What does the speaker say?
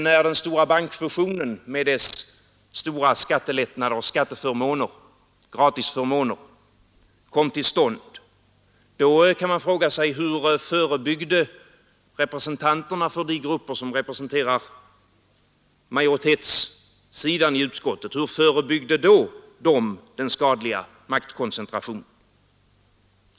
När den stora bankfusionen med sina särskilda skattelättnader och gratisförmåner kom till stånd, hur förebyggde då representanterna för de grupper som utgör majoritetssidan i utskottet den skadliga maktkoncentrationen?